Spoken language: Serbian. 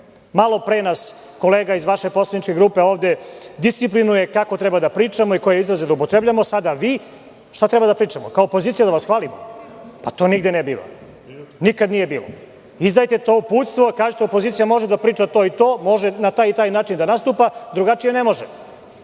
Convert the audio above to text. Malopre nas kolega iz vaše poslaničke grupe disciplinuje kako treba da pričamo i koje izraze da upotrebljavamo, a sada vi. Šta treba da pričamo? Kao opozicija da vas hvalimo? To nigde ne biva. To nikada nije bilo. Izdajte to uputstvo i kažite opozicija može da priča to i to i može na taj i taj način da nastupa i drugačije ne može,